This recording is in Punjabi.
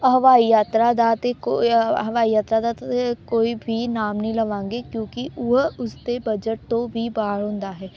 ਹਵਾਈ ਯਾਤਰਾ ਦਾ ਤਾਂ ਕੋ ਹਵਾਈ ਯਾਤਰਾ ਦਾ ਤਾਂ ਕੋਈ ਵੀ ਨਾਮ ਨਹੀਂ ਲਵਾਂਗੀ ਕਿਉਂਕਿ ਉਹ ਉਸਦੇ ਬਜਟ ਤੋਂ ਵੀ ਬਾਹਰ ਹੁੰਦਾ ਹੈ